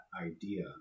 idea